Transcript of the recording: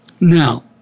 Now